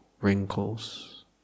wrinkles